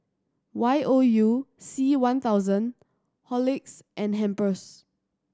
Y O U C one thousand Horlicks and Pampers